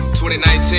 2019